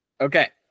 Okay